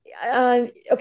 Okay